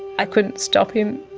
ah couldn't stop him,